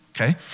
Okay